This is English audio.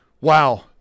wow